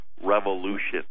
revolution